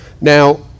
now